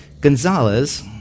Gonzalez